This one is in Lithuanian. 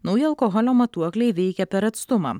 nauji alkoholio matuokliai veikia per atstumą